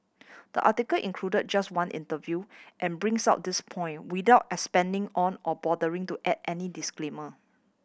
the article included just one interview and brings out this point without expanding on or bothering to add any disclaimer